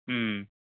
ம்